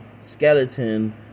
Skeleton